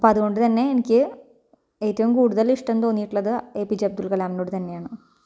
അപ്പം അതുകൊണ്ട് തന്നെ എനിക്ക് ഏറ്റവും കൂടുതലിഷ്ടം തോന്നിയിട്ടുള്ളത് എ പി ജെ അബ്ദുൾകലാമിനോട് തന്നെയാണ്